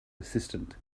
assistant